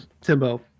Timbo